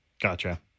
gotcha